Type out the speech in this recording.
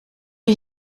wir